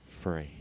free